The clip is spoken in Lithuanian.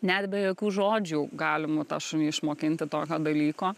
net be jokių žodžių galimų tą šunį išmokinti tokio dalyko